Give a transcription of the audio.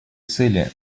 цели